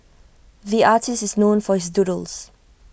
the artist is known for his doodles